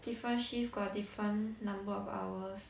different shift got different number of hours